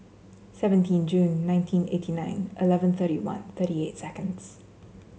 seventeen June nineteen eighty nine eleven thirty one thirty eight seconds